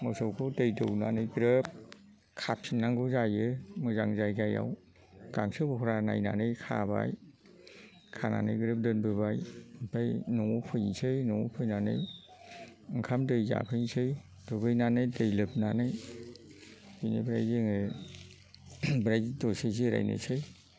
मोसौखौ दै दौनानै ग्रोब खाफिननांगौ जायो मोजां जायगायाव गांसो बरहा नायनानै खाबाय खानानै ग्रोब दोननबोबाय ओमफ्राय न'आव फैनोसै न'आव फैनानै ओंखाम दै जाफैसै दुगैनानै दै लोबनानै बिनिफ्राय जोङो ओमफ्राय दसे जिरायनोसै